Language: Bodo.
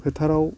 फोथाराव